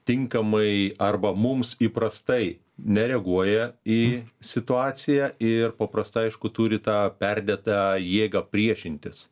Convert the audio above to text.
tinkamai arba mums įprastai nereaguoja į situaciją ir paprastai aišku turi tą perdėtą jėgą priešintis